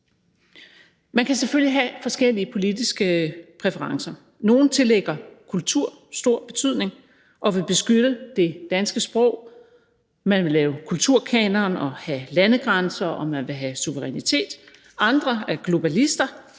Man kan selvfølgelig have forskellige politiske præferencer. Nogle tillægger kultur stor betydning og vil beskytte det danske sprog, man vil lave kulturkanon og have landegrænser, og man vil have suverænitet. Andre er globalister